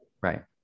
Right